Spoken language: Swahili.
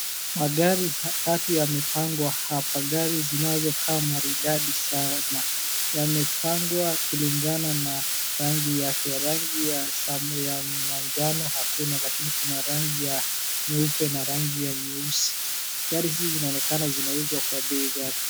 Magari tatu yamepangwa hapa, gari zinazokaa maridadi sana. Yamepangwa kulingana na rangi yake. Rangi ya manjano hakuna lakini kuna rangi ya nyeupe na rangi ya nyeusi. Gari hizi zinaonekana zinauzwa kwa bei ghali.